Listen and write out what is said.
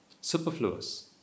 superfluous